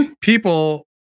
people